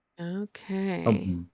Okay